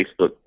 Facebook